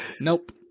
Nope